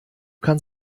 kann